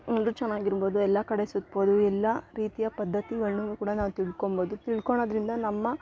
ಒಂದು ಚೆನ್ನಾಗ್ ಇರ್ಬೋದು ಎಲ್ಲ ಕಡೆ ಸುತ್ಬೌದು ಎಲ್ಲ ರೀತಿಯ ಪದ್ಧತಿಗಳನ್ನು ಕೂಡ ನಾವು ತಿಳ್ಕೊಂಬೋದು ತಿಳ್ಕೊಳೊದ್ರಿಂದ ನಮ್ಮ